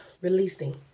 releasing